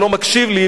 שלא מקשיב לי,